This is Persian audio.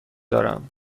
دارم